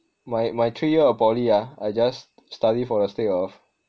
my my three year of poly ah I just study for the sake of